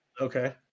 Okay